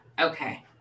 okay